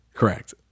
correct